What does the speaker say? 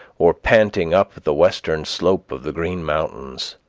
or panting up the western slope of the green mountains.